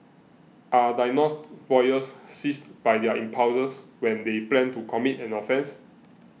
are diagnosed voyeurs seized by their impulses when they plan to commit an offence